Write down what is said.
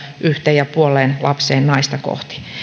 yhteen pilkku viiteen lapseen naista kohti